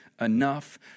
enough